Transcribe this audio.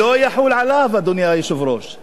אדוני היושב-ראש, זה לא יחול עליו.